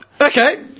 Okay